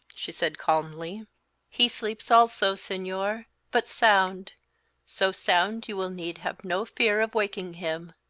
she said, calmly he sleeps also, senor, but sound so sound you will need have no fear of waking him!